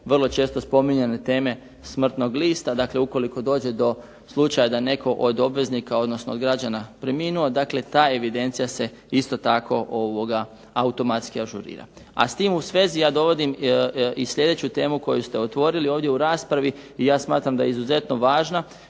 vrlo često spominjane teme smrtnog lista. Dakle, ukoliko dođe do slučaja da je netko od obveznika odnosno građana preminuo dakle ta evidencija se isto tako automatski ažurira. A s tim u svezi ja dovodim i sljedeću temu koju ste otvorili ovdje u raspravi i ja smatram da je izuzetno važna,